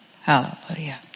Hallelujah